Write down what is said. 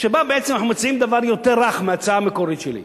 שבה בעצם אנחנו מציעים דבר יותר רך מההצעה המקורית שלי.